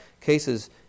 cases